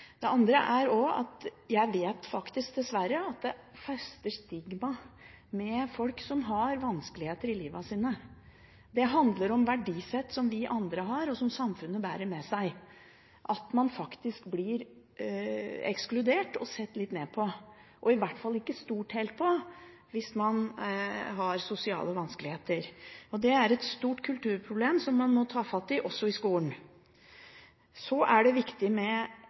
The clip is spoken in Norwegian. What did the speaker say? mange andre. Jeg vet dessverre at folk som har vanskeligheter i livet sitt stigmatiseres. Det handler om verdisett som vi andre har, og som samfunnet bærer med seg – at man faktisk blir ekskludert og sett litt ned på, og i hvert fall ikke stolt helt på, hvis man har sosiale vanskeligheter. Det er et stort kulturproblem som man må ta fatt i, også i skolen. Det er viktig med